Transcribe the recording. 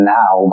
now